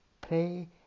pray